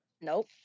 nope